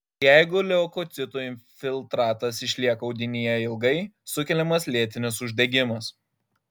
jeigu leukocitų infiltratas išlieka audinyje ilgai sukeliamas lėtinis uždegimas